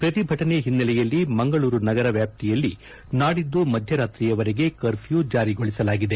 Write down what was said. ಪ್ರತಿಭಟನೆ ಹಿನ್ನೆಲೆಯಲ್ಲಿ ಮಂಗಳೂರು ನಗರ ವ್ಯಾಪ್ತಿಯಲ್ಲಿ ನಾಡಿದ್ದು ಮಧ್ಯರಾತ್ರಿಯವರೆಗೆ ಕರ್ಪ್ಯೂ ಜಾರಿಗೊಳಿಸಲಾಗಿದೆ